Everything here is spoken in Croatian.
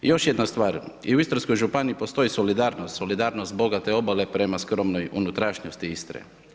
I još jedna stvar i u Istarskoj županiji postoji solidarnost, solidarnost bogate obale prema skromnoj unutrašnjosti Istre.